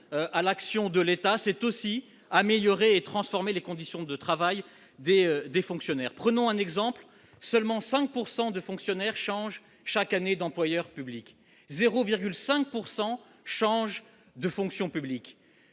à l'action de l'État s'est aussi améliorer et transformer les conditions de travail des des fonctionnaires, prenons un exemple : l'seulement 5 pourcent de fonctionnaires changent chaque année d'employeurs publics 0,5 pourcent change de fonction publique,